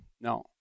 No